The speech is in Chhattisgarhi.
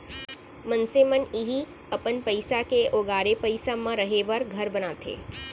मनसे मन ह इहीं अपन पसीना के ओगारे पइसा म रहें बर घर बनाथे